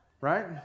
Right